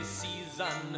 season